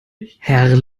herr